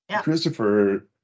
Christopher